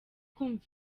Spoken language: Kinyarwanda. kumva